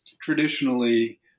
traditionally